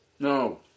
No